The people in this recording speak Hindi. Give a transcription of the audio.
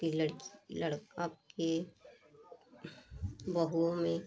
कि लड़की लड़का अब की बहुओं में